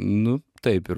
nu taip ir